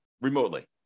remotely